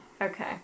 Okay